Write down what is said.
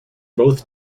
both